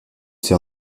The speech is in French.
ses